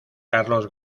carlos